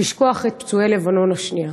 לשכוח את פצועי מלחמת לבנון השנייה.